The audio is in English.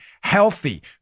healthy